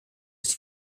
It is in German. ist